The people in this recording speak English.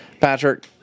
Patrick